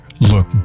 look